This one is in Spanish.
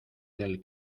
del